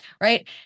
right